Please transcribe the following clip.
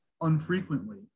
unfrequently